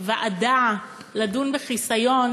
ועדה לדון בחיסיון,